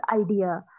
idea